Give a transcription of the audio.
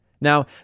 Now